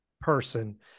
person